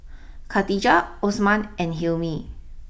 Katijah Osman and Hilmi